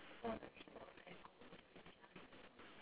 okay true where do you fall asleep then where you wake up